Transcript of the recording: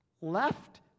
left